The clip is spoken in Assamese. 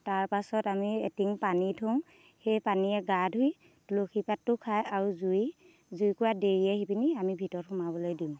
তাৰ পাছত আমি এটিং পানী থওঁ সেই পানীৰে গা ধুই তুলসী পাতটো খাই আৰু জুই জুইকুৰা দেই আহি পিনি আমি ভিতৰত সোমাবলৈ দিওঁ